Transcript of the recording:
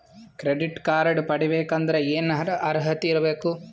Credit card ಪಡಿಬೇಕಂದರ ಏನ ಅರ್ಹತಿ ಇರಬೇಕು?